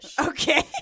Okay